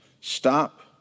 stop